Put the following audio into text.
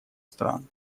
стран